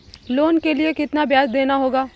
Loan के लिए कितना ब्याज देना होगा?